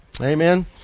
Amen